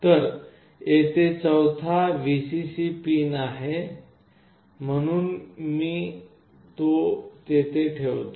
तर येथे चौथा पिन Vcc पिन आहे म्हणून मी तो तेथे ठेवतो